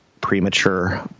premature